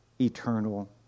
eternal